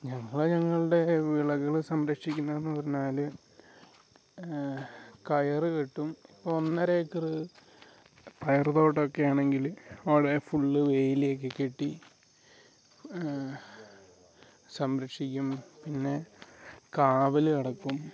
ഞങ്ങൾ ഞങ്ങളുടെ വിളകൾ സംരക്ഷിക്കുന്നത് എന്ന് പറഞ്ഞാൽ കയർ കെട്ടും ഇപ്പം ഒന്നര ഏക്കറ് പയർ തോട്ടം ഒക്കെ ആണെങ്കിൽ അവിടെ ഫുള്ള് വേലി ഒക്കെ കെട്ടി സംരക്ഷിക്കും പിന്നെ കാവൽ കിടക്കും